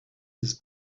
his